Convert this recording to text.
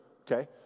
okay